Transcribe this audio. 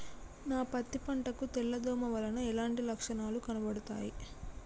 నా పత్తి పంట కు తెల్ల దోమ వలన ఎలాంటి లక్షణాలు కనబడుతాయి?